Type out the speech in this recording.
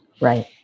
Right